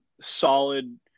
solid